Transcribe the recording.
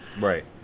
right